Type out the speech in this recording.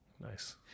Nice